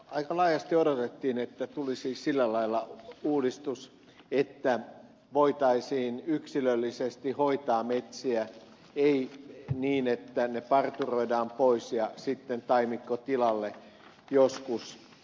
aika laajasti odotettiin että tulisi sillä lailla uudistus että voitaisiin yksilöllisesti hoitaa metsiä ei niin että ne parturoidaan pois ja sitten taimikko tilalle joskus